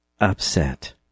Upset